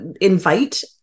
invite